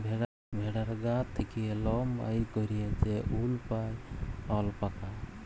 ভেড়ার গা থ্যাকে লম বাইর ক্যইরে যে উল পাই অল্পাকা